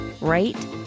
right